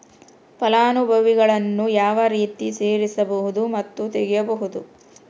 ಫಲಾನುಭವಿಗಳನ್ನು ಯಾವ ರೇತಿ ಸೇರಿಸಬಹುದು ಮತ್ತು ತೆಗೆಯಬಹುದು?